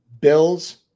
Bills